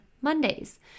Mondays